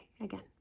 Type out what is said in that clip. again